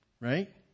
right